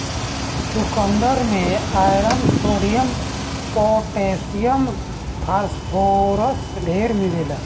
चुकन्दर में iron, sodium, potassium, phosphorus ढेर मिलेला